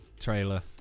trailer